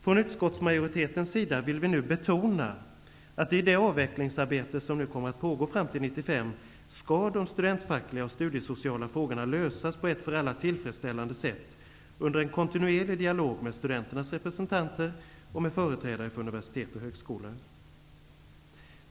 Från utskottsmajoritetens sida vill vi nu betona att i det avvecklingsarbete som nu kommer att pågå fram till 1995 skall de studentfackliga och studiesociala frågorna lösas på ett för alla tillfredsställande sätt under en kontinuerlig dialog med studenternas representanter och med företrädare för universitet och högskolor.